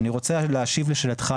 אני רוצה להשיב לשאלתך,